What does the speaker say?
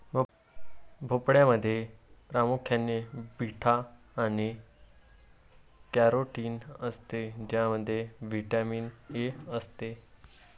भोपळ्यामध्ये प्रामुख्याने बीटा आणि कॅरोटीन असते ज्यामध्ये व्हिटॅमिन ए असते